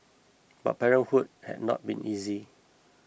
but parenthood had not been easy